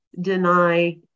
Deny